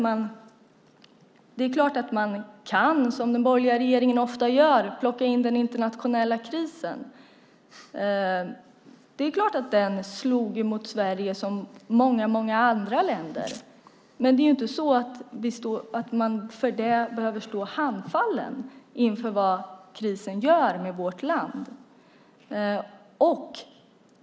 Man kan, som den borgerliga regeringen ofta gör, plocka in den internationella krisen. Det är klart att den slog mot Sverige som mot många andra länder, men för det behöver man inte stå handfallen inför vad krisen gör för vårt land.